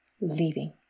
leaving